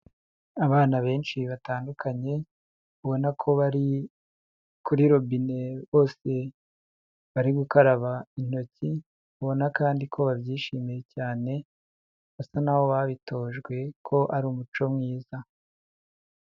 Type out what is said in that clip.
Abana benshi batandukanye ubona ko bari kuri robine bose bari gukaraba intoki, ubona kandi ko babyishimiye cyane basa naho babitojwe ko ari umuco mwiza.